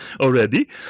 already